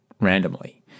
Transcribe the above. randomly